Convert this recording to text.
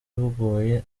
bugoye